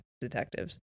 detectives